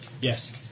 Yes